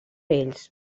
ells